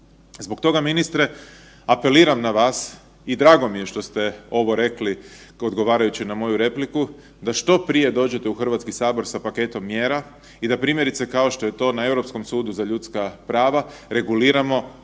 Zbog toga ministre apeliram na vas i drago mi je što ste ovo rekli odgovarajući na moju repliku da što prije dođete u HS sa paketom mjera i da primjerice kao što je to na Europskom sudu za ljudska prava reguliramo koji